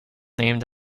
named